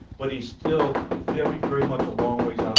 but he's still very very much a long ways um